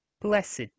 Blessed